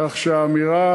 כך שהאמירה